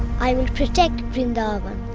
i will protect vrindavan.